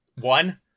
one